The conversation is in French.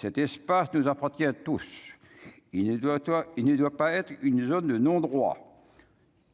cet espace nous apprentis à tous, il ne doit toi il ne doit pas être une zone de non-droit,